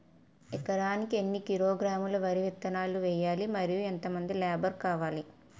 ఎకరానికి ఎన్ని కిలోగ్రాములు వరి విత్తనాలు వేయాలి? మరియు ఎంత మంది లేబర్ కావాలి?